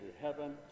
heaven